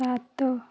ସାତ